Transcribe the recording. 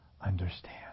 understand